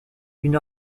une